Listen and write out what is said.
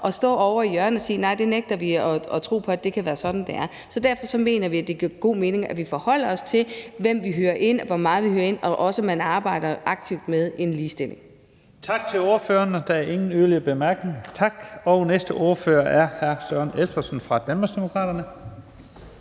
at stå ovre i hjørnet og sige: Nej, det nægter vi at tro på kan være sådan, det er. Så derfor mener vi, at det giver god mening, at vi forholder os til, hvem vi hyrer ind, og hvor meget vi hyrer ind, og også at man arbejder aktivt med ligestilling. Kl. 12:36 Første næstformand (Leif Lahn Jensen): Tak til ordføreren. Der er ingen yderligere korte bemærkninger. Næste ordfører er hr. Søren Espersen fra Danmarksdemokraterne.